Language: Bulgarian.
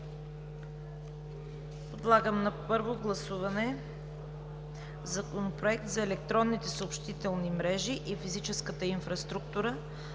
да приеме на първо гласуване Законопроект за електронните съобщителни мрежи и физическата инфраструктура